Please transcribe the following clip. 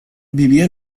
vivia